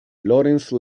lawrence